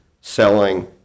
selling